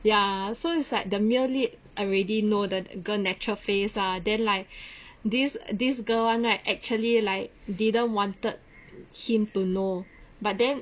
ya so is like the male lead already know that the girl natural face ah then like this this girl [one] right actually like didn't wanted him to know but then